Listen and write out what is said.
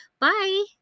Bye